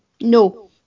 no